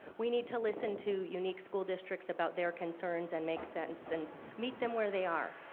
we need to listen to unique school districts about their concerns and make sense and meet them where they are.